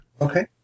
Okay